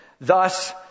thus